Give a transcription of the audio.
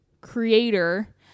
creator